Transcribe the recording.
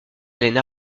haleine